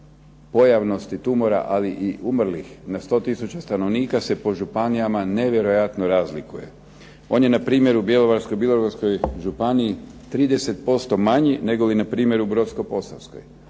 pojavnosti tumora, ali i umrlih, na 100 tisuća stanovnika se po županijama nevjerojatno razlikuje. On je npr. u Bjelovarsko-bilogorskoj županiji 30% manji negoli npr. u Brodsko-posavskoj.